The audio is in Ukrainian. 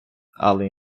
але